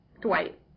Dwight